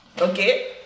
Okay